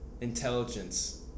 intelligence